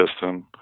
system